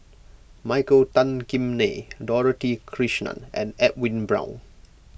Michael Tan Kim Nei Dorothy Krishnan and Edwin Brown